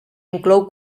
inclou